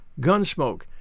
Gunsmoke